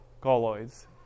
colloids